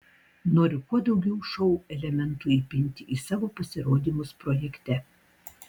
noriu kuo daugiau šou elementų įpinti į savo pasirodymus projekte